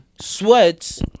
sweats